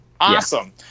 awesome